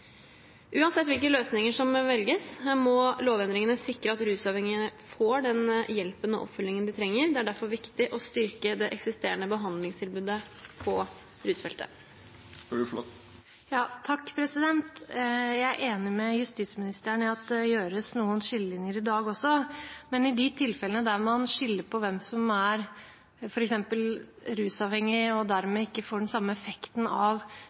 Uansett hvilke løsninger som velges, må lovendringene sikre at rusavhengige får den hjelp og oppfølging de trenger. Det er derfor viktig å styrke det eksisterende behandlingstilbudet på rusfeltet. Jeg er enig med justisministeren i at det er noen skillelinjer i dag også, men i de tilfellene der man skiller mellom hvem som er f.eks. rusavhengig og dermed ikke får den samme effekten av